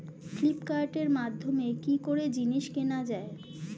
ফ্লিপকার্টের মাধ্যমে কি করে জিনিস কেনা যায়?